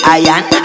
iron